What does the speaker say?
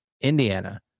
Indiana